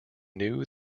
knew